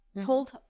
told